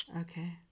Okay